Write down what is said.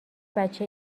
بچه